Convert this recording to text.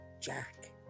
Jack